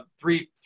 three